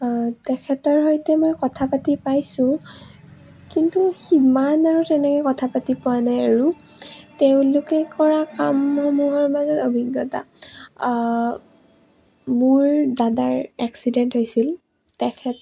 তেখেতৰ সৈতে মই কথা পাতি পাইছোঁ কিন্তু সিমান আৰু তেনেকৈ কথা পাতি পোৱা নাই আৰু তেওঁলোকে কৰা কামসমূহৰ মাজত অভিজ্ঞতা মোৰ দাদাৰ এক্সিডেণ্ট হৈছিল তেখেত